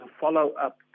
follow-up